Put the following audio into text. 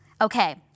Okay